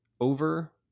over